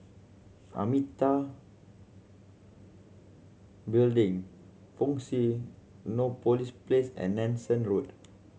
Amitabha Building Fusionopolis Place and Nanson Road